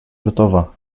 gotowa